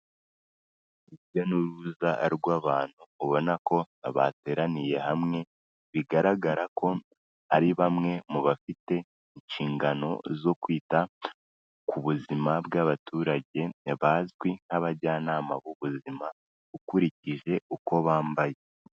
Urujya n'uruza rw'abantu ubona ko bateraniye hamwe, bigaragara ko ari bamwe mu bafite inshingano zo kwita ku buzima bw'abaturage, bazwi nk'abajyanama b'ubuzima ukurikije uko bambaye.